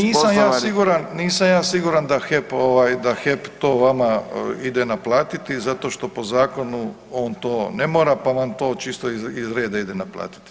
Pa nisam ja siguran, nisam ja siguran da HEP ovaj, da HEP to vama ide naplatiti zato što po zakonu on to ne mora pa vam to čisto iz reda ide naplatiti.